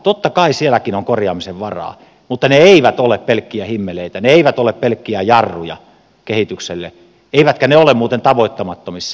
totta kai sielläkin on korjaamisen varaa mutta ne eivät ole pelkkiä himmeleitä ne eivät ole pelkkiä jarruja kehitykselle eivätkä ne ole muuten tavoittamattomissa